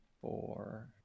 four